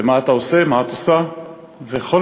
"מה אתה עושה?" ו"מה את עושה?"; וכל